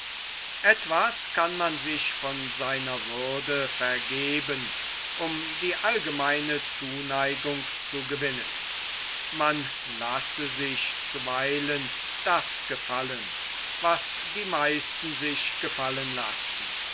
etwas kann man sich von seiner würde vergeben um die allgemeine zuneigung zu gewinnen man lasse sich zuweilen das gefallen was die meisten sich gefallen lassen